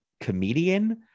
comedian